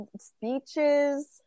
speeches